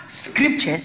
scriptures